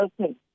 Okay